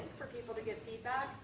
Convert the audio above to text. for people to get